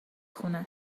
خونه